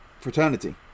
Fraternity